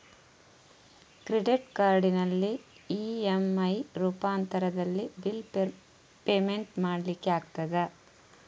Credit ಕಾರ್ಡಿನಲ್ಲಿ EMI ರೂಪಾಂತರದಲ್ಲಿ bill payment ಮಾಡ್ಲಿಕ್ಕೆ ಆಗ್ತದ?